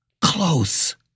close